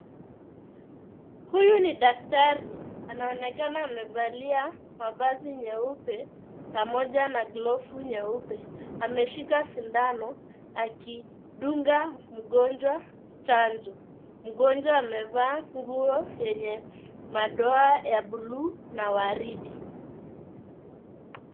Huyu ni daktari, anaonekana amevalia mavazi meupe pamoja na glovu nyeupe. Ameshika sindano akidunga mgonjwa chanjo. Mgonjwa amevaa nguo yenye madoa ya bluu na waridi.